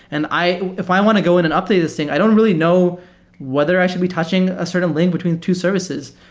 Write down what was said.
and if i want to go in and update this thing, i don't really know whether i should be touching a certain link between two services.